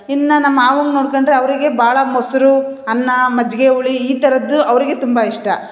ಇನ್ನು ನಮ್ಮ ಮಾವಂಗೆ ನೋಡ್ಕೊಂಡ್ರೆ ಅವರಿಗೆ ಭಾಳ ಮೊಸರು ಅನ್ನ ಮಜ್ಜಿಗೆ ಹುಳಿ ಈ ಥರದ್ದು ಅವರಿಗೆ ತುಂಬ ಇಷ್ಟ